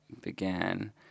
began